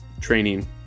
training